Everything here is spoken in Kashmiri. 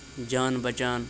جان بَچان